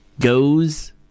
goes